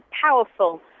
powerful